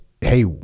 hey